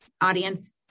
audience